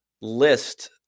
list